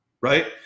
right